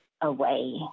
away